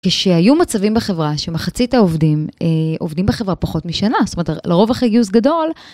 כשהיו מצבים בחברה שמחצית העובדים עובדים בחברה פחות משנה, זאת אומרת, לרוב אחרי גיוס גדול.